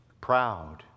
proud